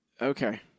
okay